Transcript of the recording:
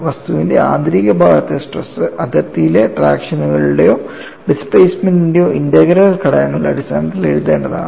വസ്തുവിൻറെ ആന്തരിക ഭാഗത്തെ സ്ട്രെസ് അതിർത്തിയിലെ ട്രാക്ഷനുകളുടെയോ ഡിസ്പ്ലേസ്മെൻറ്ന്റെയോ ഇന്റഗ്രൽ ഘടകങ്ങളുടെ അടിസ്ഥാനത്തിൽ എഴുതേണ്ടതാണ്